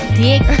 dick